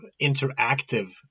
interactive